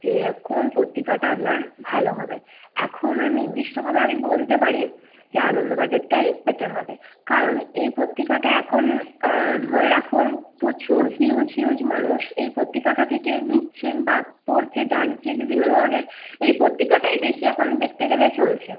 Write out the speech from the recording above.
যে কোন পত্রিকাটা আপনার ভালো হবে এখনো নির্দিষ্টভাবে আমি বলতে পারি যে আনন্দবাজারটাই বেটার হবে কারণ এই পত্রিকাটা এখন ধরে রাখুন প্রচুর হিউজ হিউজ মানুষ এই পত্রিকাটা থেকে নিচ্ছেন বা পড়ছে জানছে বিভিন্ন ধরনের এই পত্রিকাটাই বেশি এখন দেখতে গেলে চলছে